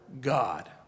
God